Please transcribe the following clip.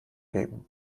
geben